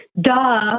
duh